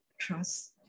trust